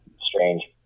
strange